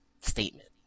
statement